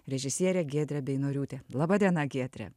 režisierė giedrė beinoriūtė laba diena giedre